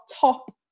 top